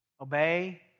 obey